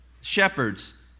Shepherds